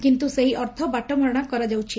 କିନ୍ତୁ ସେହି ଅର୍ଥ ବାଟମାରଶା କରାଯାଉଛି